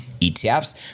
ETFs